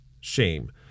Shame